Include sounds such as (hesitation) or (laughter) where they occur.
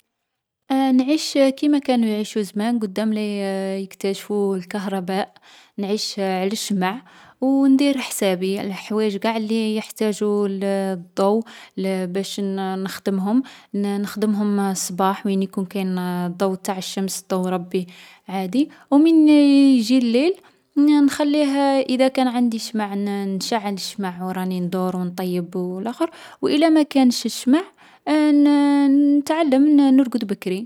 (hesitation) نعيش كيما كانو يعيشو زمان قدام لا يـ (hesitation) يكتشفو الكهرباء. نعيش على الشمع. او ندير حسابي، الحوايج قاع لي يحتاجو الـ الضو، الـ باش نـ نخدمهم، نـ نخدمهم الصباح مين يكون كاين الضو نتاع الشمس، ضو ربي عادي. او من يـ يجي الليل، نـ نخليه إذا كان عندي الشمع، نـ نشعّل الشمع و راني ندور و نطيّب و لاخر. و إلا ماكانش الشمع، (hesitation) نـ (hesitation) نـ نتعلّم نـ نرقد بكري.